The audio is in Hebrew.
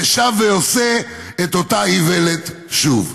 ושב ועושה את אותה איוולת שוב.